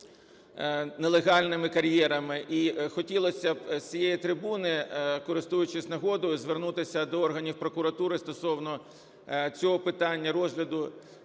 нелегальними кар'єрами. І хотілося б з цієї трибуни, користуючись нагодою, звернутися до органів прокуратури стосовно цього питання, розгляду